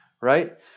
right